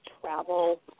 travel